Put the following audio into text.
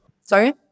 Sorry